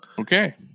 Okay